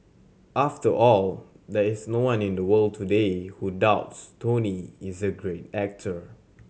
after all there is no one in the world today who doubts Tony is a great actor